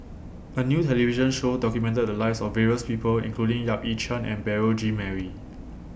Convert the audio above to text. A New television Show documented The Lives of various People including Yap Ee Chian and Beurel Jean Marie